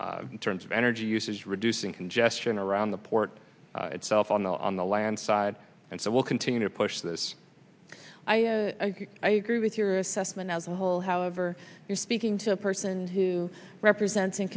in terms of energy usage reducing congestion around the port itself on the on the land side and so we'll continue to push this i agree with your assessment as a whole however you're speaking to a person who represents in